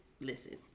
listen